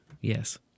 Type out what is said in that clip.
yes